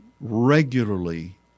regularly